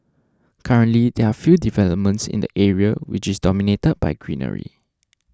currently there are few developments in the area which is dominated by greenery